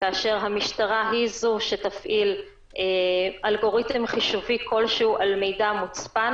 כאשר המשטרה היא זו שתפעיל אלגוריתם חישובי כלשהו על מידע מוצפן